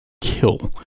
kill